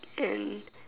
and